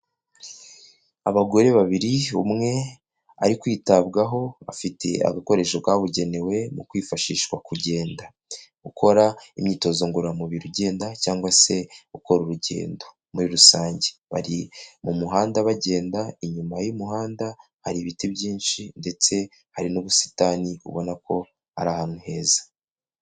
Abagore babiri umwe ari kwitabwaho bafite agakoresho kabugenewe mu kwifashishwa kugenda, ukora imyitozo ngororamubiri ugenda cyangwa se ukora urugendo muri rusange, bari mu muhanda bagenda inyuma y'umuhanda hari ibiti byinshi ndetse hari n'ubusitani ubona ko ari ahantu heza.